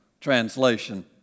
translation